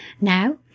Now